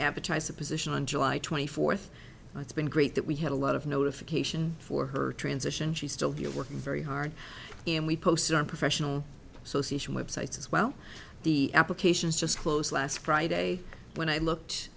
a position on july twenty fourth that's been great that we had a lot of notification for her transition she still be working very hard and we posted our professional association web sites as well the applications just closed last friday when i looked